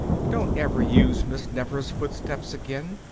don't ever use miss nefer's footsteps again.